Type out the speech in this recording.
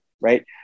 right